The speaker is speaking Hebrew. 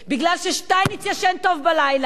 מכיוון ששטייניץ ישן טוב בלילה,